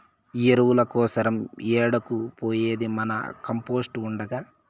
ఎరువుల కోసరం ఏడకు పోయేది మన కంపోస్ట్ ఉండగా